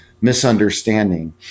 misunderstanding